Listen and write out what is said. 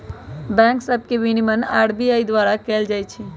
bank सभ के विनियमन आर.बी.आई द्वारा कएल जाइ छइ